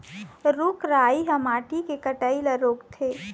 रूख राई ह माटी के कटई ल रोकथे